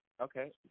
Okay